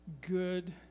good